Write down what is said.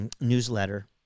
newsletter